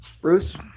Bruce